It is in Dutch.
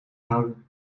houden